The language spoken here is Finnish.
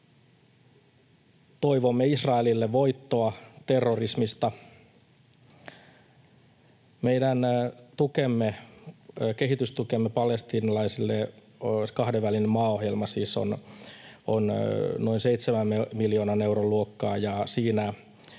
Toivomme Israelille voittoa terrorismista. Meidän kehitystukemme palestiinalaisille, kahdenvälinen maaohjelma siis, on noin seitsemän miljoonan euron luokkaa,